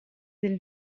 del